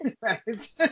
Right